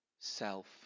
self